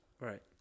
right